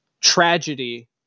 tragedy